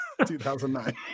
2009